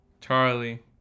Charlie